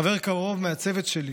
חבר קרוב מהצוות שלי,